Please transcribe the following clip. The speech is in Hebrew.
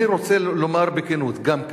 אני רוצה לומר בכנות, גם כאן: